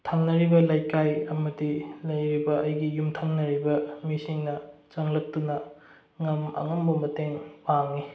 ꯊꯪꯅꯔꯤꯕ ꯂꯩꯀꯥꯏ ꯑꯃꯗꯤ ꯂꯩꯔꯤꯕ ꯑꯩꯒꯤ ꯌꯨꯝꯊꯪꯅꯔꯤꯕ ꯃꯤꯁꯤꯡꯅ ꯆꯪꯂꯛꯇꯨꯅ ꯑꯉꯝ ꯑꯉꯝꯕ ꯃꯇꯦꯡ ꯄꯥꯡꯏ